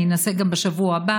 אני אנסה גם בשבוע הבא,